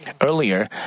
Earlier